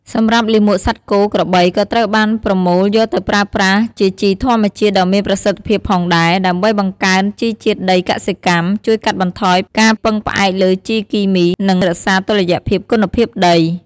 សម្រាប់លាមកសត្វគោក្របីក៏ត្រូវបានប្រមូលយកទៅប្រើប្រាស់ជាជីធម្មជាតិដ៏មានប្រសិទ្ធភាពផងដែរ ដើម្បីបង្កើនជីជាតិដីកសិកម្ម ជួយកាត់បន្ថយការពឹងផ្អែកលើជីគីមី និងរក្សាតុល្យភាពគុណភាពដី។